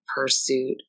pursuit